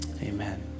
amen